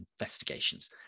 investigations